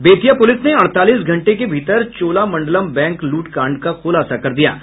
Bettiah police ने अडतालीस घंटे के भीतर चोला मंडलम बैंक लूट कांड का खुलासा कर दिया है